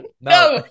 No